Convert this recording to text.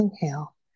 inhale